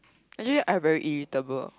actually I very irritable